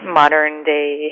modern-day